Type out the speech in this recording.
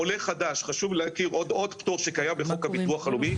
חשוב להכיר עוד פטור שקיים בחוק הביטוח הלאומי.